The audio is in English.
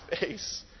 face